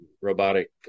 robotic